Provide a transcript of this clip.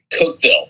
Cookville